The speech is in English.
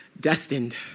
destined